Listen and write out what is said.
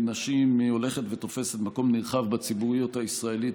נשים הולכת ותופסת מקום נרחב בציבוריות הישראלית,